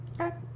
okay